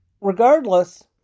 regardless